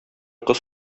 кыз